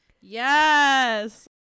Yes